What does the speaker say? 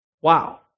Wow